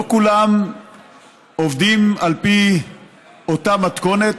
לא כולם עובדים על פי אותה מתכונת.